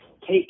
take